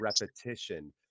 repetition